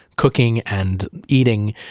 cooking and eating,